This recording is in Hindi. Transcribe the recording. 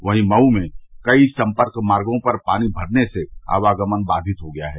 वहीं मऊ र्मे कई सम्पर्क मार्गो पर पानी भरने से आवागमन बाधित हो गया है